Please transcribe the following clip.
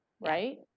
right